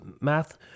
math